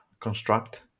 construct